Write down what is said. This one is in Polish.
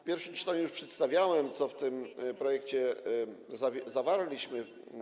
W pierwszym czytaniu już przedstawiałem, co w tym projekcie zawarliśmy.